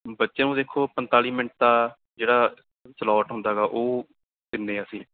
ਬੱਚਿਆਂ ਨੂੰ ਦੇਖੋ ਪੰਜਤਾਲੀ ਮਿੰਟ ਦਾ ਜਿਹੜਾ ਸਲੋਟ ਹੁੰਦਾ ਗਾ ਉਹ ਦਿੰਦੇ ਅਸੀਂ